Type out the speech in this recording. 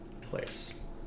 place